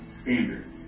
standards